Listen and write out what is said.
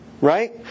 right